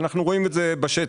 ואנחנו רואים את זה בשטח.